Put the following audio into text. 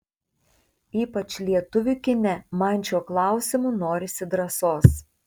ypač lietuvių kine man šiuo klausimu norisi drąsos